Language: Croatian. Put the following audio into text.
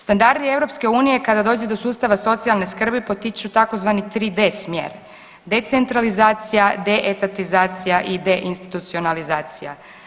Standard je EU, kada dođe do sustava socijalne skrbi, potiču, tzv. 3D smjer, decentralizacija, deetatizacija, deinstitucionalizacija.